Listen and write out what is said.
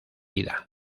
ida